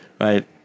right